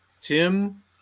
Tim